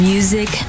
Music